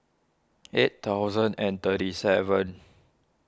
eight thousand and thirty seven